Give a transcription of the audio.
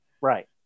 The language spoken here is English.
Right